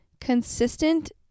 Consistent